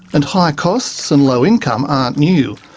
and high costs and low income aren't new.